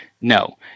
no